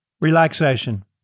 relaxation